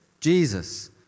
Jesus